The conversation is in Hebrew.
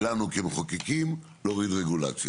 ולנו כמחוקקים להוריד רגולציה.